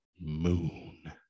moon